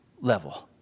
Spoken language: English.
level